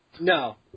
No